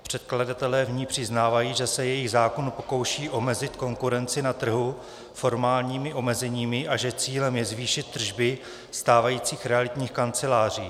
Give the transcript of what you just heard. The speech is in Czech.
Předkladatelé v ní přiznávají, že se jejich zákon pokouší omezit konkurenci na trhu formálními omezeními a že cílem je zvýšit tržby stávajících realitních kanceláří.